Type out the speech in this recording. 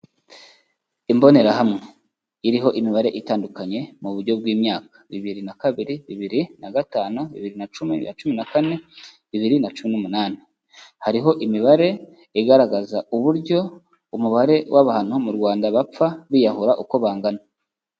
Imbonerahamwe iriho imibare itandukanye mu buryo bw'imyaka bibiri na kabiri, bibiri na gatanu, bibiri na cumi, bibiri na cumi na kane, bibiri na cumi n'umunani. Hariho imibare igaragaza uburyo umubare w'abantu mu Rwanda bapfa biyahura uko bangana.